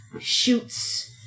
shoots